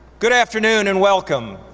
good afternoon and welcome.